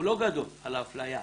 הוא לא גדול על האפליה.